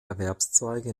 erwerbszweige